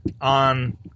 on